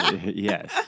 Yes